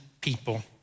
people